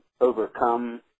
overcome